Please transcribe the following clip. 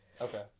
Okay